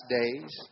days